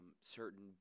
certain